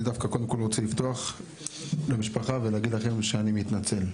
אני דווקא קודם כל רוצה לפתוח למשפחה ולהגיד לכם שאני מתנצל.